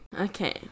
okay